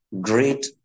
great